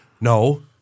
No